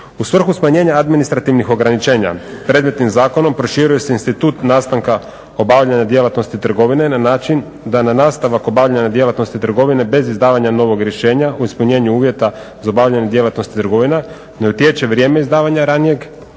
U svrhu smanjenja administrativnih ograničenja predmetnim zakonom proširuje se institut nastanka obavljanja djelatnosti trgovine na način da na nastavak obavljanja djelatnosti trgovine bez izdavanja novog rješenja u ispunjenu uvjeta za bavljenjem djelatnosti trgovina ne utječe izdavanja ranije